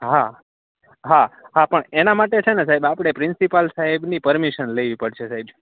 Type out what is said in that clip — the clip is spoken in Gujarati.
હા હા હા પણ એના માટે છે ને સાહેબ આપણે પ્રિન્સિપાલ સાહેબની પરમિશન લેવી પડશે સાહેબ